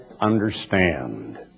understand